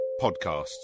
podcasts